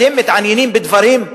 אתם מתעניינים בדברים,